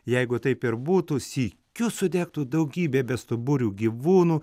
jeigu taip ir būtų sykiu sudegtų daugybė bestuburių gyvūnų